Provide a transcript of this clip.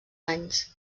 anys